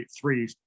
three